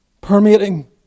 permeating